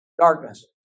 Darkness